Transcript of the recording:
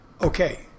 Okay